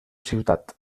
ciutat